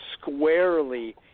squarely